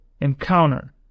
encounter